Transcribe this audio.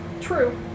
True